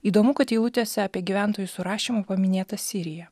įdomu kad eilutėse apie gyventojų surašymų paminėta siriją